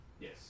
Yes